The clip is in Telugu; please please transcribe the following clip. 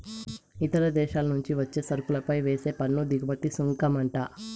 ఇతర దేశాల నుంచి వచ్చే సరుకులపై వేసే పన్ను దిగుమతి సుంకమంట